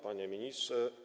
Panie Ministrze!